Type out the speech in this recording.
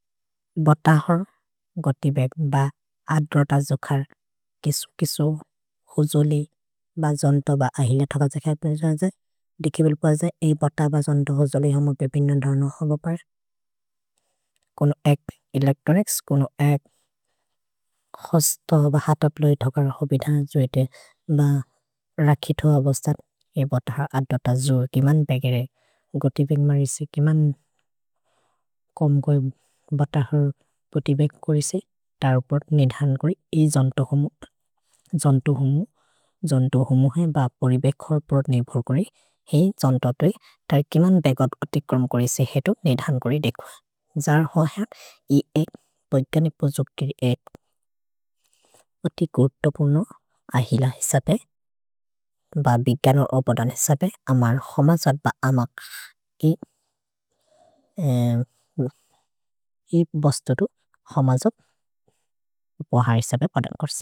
भत हर् गोति बेग् ब आठ-दस जोखर् किसु-किसु होजोलि ब जन्त ब आहिने थकर् जकर् पेजे। दिकिबिल् पजे, एइ बत ब जन्त होजोलि हम पे बिन धरनु हब पर्। कोनो एक् एलेच्त्रोनिच्स्, कोनो एक् हस्त ब हत प्लोइ थकर् हबि धन जोएते, ब रखिथो हबस्तन् एइ बत हर् आठ-दस जोखर्। किमन् बेगेरे गोति बेग् मरिसे, किमन् कोम् गोइ बत हर् गोति बेग् कोरिसे, तरो पर् नेधन् कोरि एइ जन्तो होमो, जन्तो होमो, जन्तो होमो हैन्, ब परि बेग् हर् पर् नेभोर् कोरि एइ जन्त तोरि, तर् किमन् बेगत् गोति क्रोम् कोरिसे, हेतो नेधन् कोरि देखो। जर होह, एइ एक्, पैगनि पोजोक्तिर् एक्, ओति गोर्दोपुनो अहिल हिसपे, ब बिग्यनोर् ओबदन् हिसपे, अमर् होमजोद् ब अमक् कि, हि बस्तोदु होमजोद् बोह हिसपे बदन् कोर्सि।